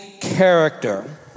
character